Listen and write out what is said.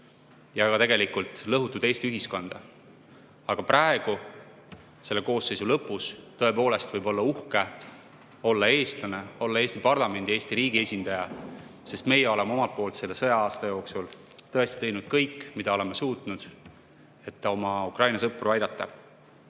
ja tegelikult lõhutud Eesti ühiskonda. Aga praegu, selle koosseisu lõpus, tõepoolest, võib olla uhke olla eestlane, olla Eesti parlamendi, Eesti riigi esindaja, sest meie oleme omalt poolt selle sõja-aasta jooksul tõesti teinud kõik, mida oleme suutnud, et oma Ukraina sõpru aidata.